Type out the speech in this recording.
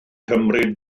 cymryd